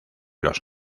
los